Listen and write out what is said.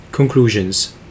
Conclusions